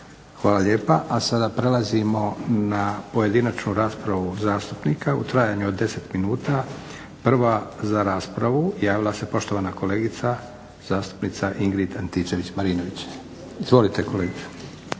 hvala lijepa. Sada prelazimo na pojedinačnu raspravu zastupnika u trajanju od 10 minuta. Prva za raspravu javila se poštovana kolegica zastupnica Ingrid Antičević-Marinović. Izvolite.